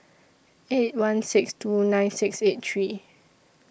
eight one six two nine six eight three